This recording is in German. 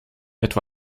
etwa